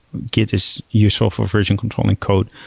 git is useful for version controlling code.